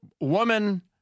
woman